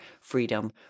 freedom